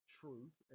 truth